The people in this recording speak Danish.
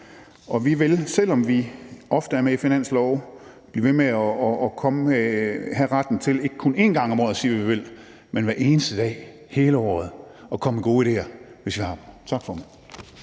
og vi vil, selv om vi ofte er med i finanslove, blive ved med at have retten til ikke kun en gang om året at sige, hvad vi vil, men gøre det hver eneste dag, og vi vil hele året blive ved med at komme med gode idéer, hvis vi har dem. Tak, formand.